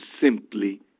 simply